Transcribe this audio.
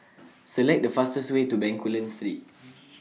Select The fastest Way to Bencoolen Street